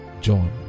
John